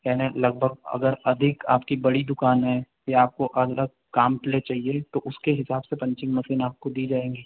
यानि लगभग अगर अधिक आपकी बड़ी दुकान है तो ये आपको अलग काम के लिए चाहिए तो उसके हिसाब से पंचिंग मशीन आपको दी जाएगी